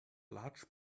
large